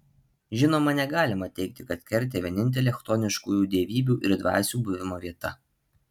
žinoma negalima teigti kad kertė vienintelė chtoniškųjų dievybių ir dvasių buvimo vieta